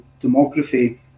demography